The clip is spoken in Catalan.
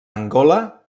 angola